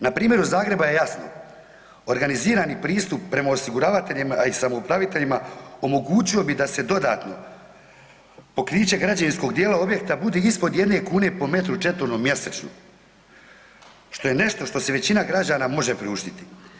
Na primjeru Zagreba je jasno, organizirani pristup prema osiguravateljima i sa upraviteljima, omogućio bi da se dodatno pokriće građevinskog dijela objekta bude ispod jedne kune po metru četvornom mjesečno, što je nešto što si većina građana može priuštiti.